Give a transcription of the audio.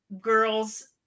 girls